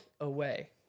away